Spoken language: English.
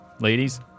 Ladies